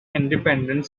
independent